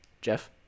Jeff